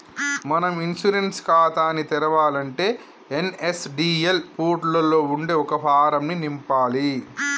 మనం ఇన్సూరెన్స్ ఖాతాని తెరవాలంటే ఎన్.ఎస్.డి.ఎల్ పోర్టులలో ఉండే ఒక ఫారం ను నింపాలి